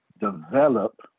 develop